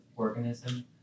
Organism